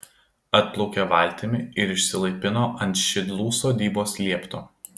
atplaukė valtimi ir išsilaipino ant šidlų sodybos liepto